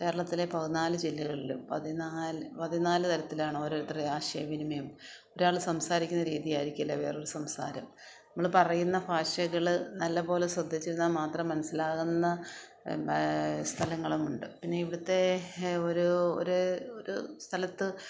കേരളത്തിലെ പതിനാല് ജില്ലകളിലും പതിനാല് പതിനാല് തരത്തിലാണ് ഓരോരുത്തരുടെ ആശയ വിനിമയം ഒരാൾ സംസാരിക്കുന്ന രീതി ആയിരിക്കില്ല വേറൊരു സംസാരം നമ്മൾ പറയുന്ന ഭാഷകൾ നല്ല പോലെ ശ്രദ്ധിച്ചിരുന്നാൽ മാത്രം മനസ്സിലാകുന്ന സ്ഥലങ്ങളുമുണ്ട് പിന്നെ ഇവിടത്തെ ഒരു ഒരു ഒരു സ്ഥലത്ത്